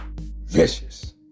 Vicious